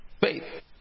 Faith